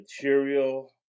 material